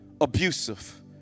abusive